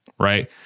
Right